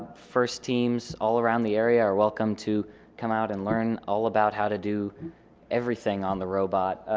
first teams all around the area are welcome to come out and learn all about how to do everything on the robot